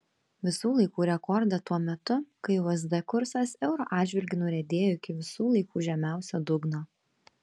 visų laikų rekordą tuo metu kai usd kursas euro atžvilgiu nuriedėjo iki visų laikų žemiausio dugno